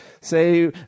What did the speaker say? say